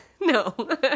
no